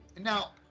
Now